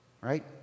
right